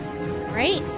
right